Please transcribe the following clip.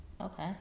Okay